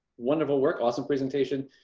wonderful work awesome presentation.